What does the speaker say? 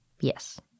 Yes